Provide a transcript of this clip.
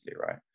right